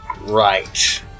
Right